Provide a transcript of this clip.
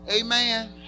Amen